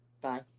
Bye